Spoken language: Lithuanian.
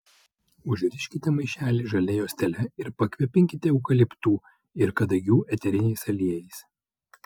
užriškite maišelį žalia juostele ir pakvepinkite eukaliptų ir kadagių eteriniais aliejais